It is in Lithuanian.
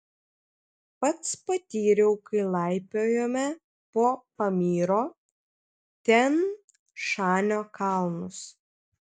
pats patyriau kai laipiojome po pamyro tian šanio kalnus